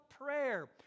prayer